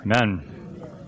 Amen